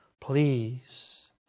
Please